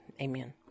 Amen